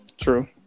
True